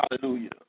hallelujah